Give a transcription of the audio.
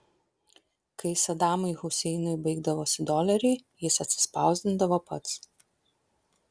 kai sadamui huseinui baigdavosi doleriai jis atsispausdindavo pats